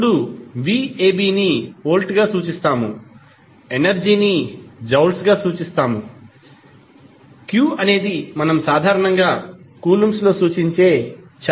ఇప్పుడు vab ని వోల్ట్గా సూచిస్తాము ఎనర్జీ ని జౌల్స్ గా సూచిస్తాము మరియు q అనేది మనం సాధారణంగా కూలంబ్స్లో సూచించే ఛార్జ్